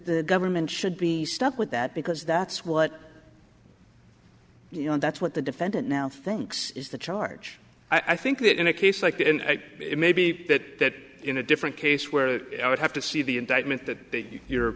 e government should be stuck with that because that's what you know that's what the defendant now thinks is the charge i think that in a case like this it may be that in a different case where i would have to see the indictment that you're